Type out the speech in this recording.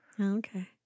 Okay